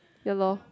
ya loh